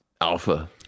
alpha